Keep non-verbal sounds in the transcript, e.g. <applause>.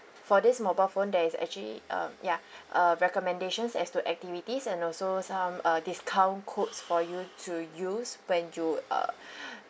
for this mobile phone there is actually uh yeah <breath> uh recommendations as to activities and also some uh discount codes for you to use when you uh <breath>